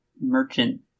merchant